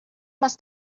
must